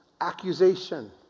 accusation